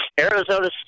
Arizona